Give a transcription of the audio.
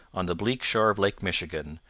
on the bleak shore of lake michigan,